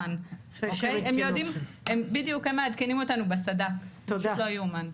מצד ימין קלקיליה,